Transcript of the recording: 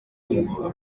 ngo